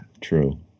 true